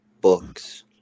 books